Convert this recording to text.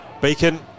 Beacon